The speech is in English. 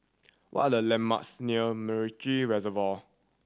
what are the landmarks near MacRitchie Reservoir